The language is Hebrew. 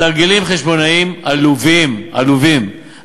תרגילים חשבונאיים עלובים, עלובים.